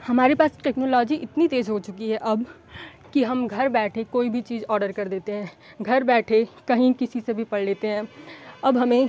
हमारे पास टेक्नोलॉजी इतनी तेज़ हो चुकी है अब कि हम घर बैठे कोई भी चीज ऑडर कर देते हैं घर बैठे कहीं किसी से भी पढ़ लेते हैं अब हमें